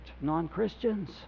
non-Christians